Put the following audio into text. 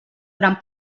gran